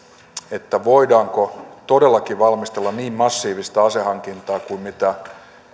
että voidaanko todellakin valmistella niin massiivista asehankintaa kuin mitä